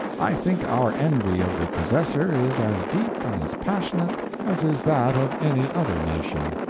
i think our envy of the possessor is as deep and as passionate as is that of any other nation.